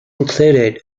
included